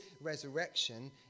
resurrection